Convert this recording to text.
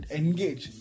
engage